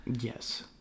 Yes